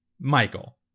Michael